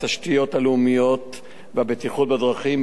התשתיות הלאומיות והבטיחות בדרכים,